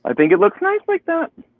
um think it looks nice like that.